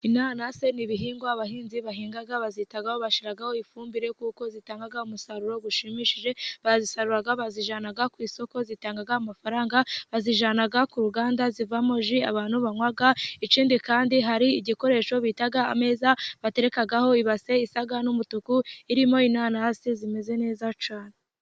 Inanasi ni ibihingwa abahinzi bahinga bazitaho bashyiraho ifumbire kuko zitanga umusaruro ushimishije, barazisarura bazijyana ku isoko zitanga amafaranga. Bazijyana ku ruganda zivamo ji abantu banywa, ikindi kandi hari igikoresho bita ameza baterekaho ibase isa n'umutuku irimo inanasi zimeze neza cyane.